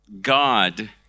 God